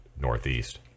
northeast